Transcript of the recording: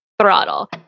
throttle